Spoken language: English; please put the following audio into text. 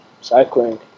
cycling